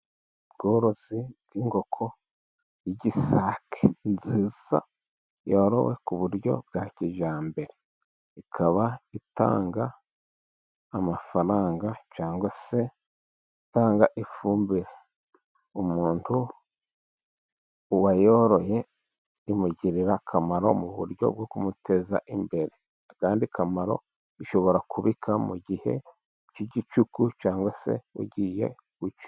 Ubworozi bw'inkoko y'igisake nziza yorowe ku buryo bwa kijyambere, ikaba itanga amafaranga cyangwa se itanga ifumbire, umuntu, uwayoroye imugirira akamaro mu buryo bwo kumuteza imbere, akandi kamaro ishobora kubika mu gihe cy'igicuku, cyangwa se bugiye gucya.